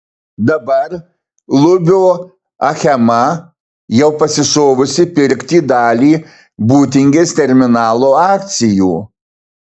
dabar lubio achema jau pasišovusi pirkti dalį būtingės terminalo akcijų